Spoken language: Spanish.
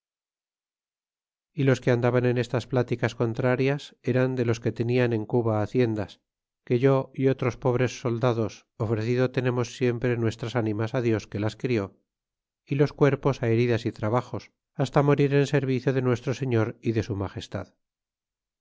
y los que andaban en estas pláticas contrarias eran de los que tenian en cuba haciendas que yo y otros pobres soldados ofrecido tenernos siempre nuestras ánimas dios que las crió y los cuerpos á heridas y trabajos hasta morir en servicio de nuestro señor y de su magestad